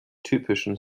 typischen